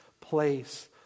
place